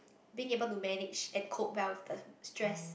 being able to manage and cope well with us stress